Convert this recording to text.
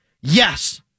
Yes